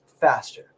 faster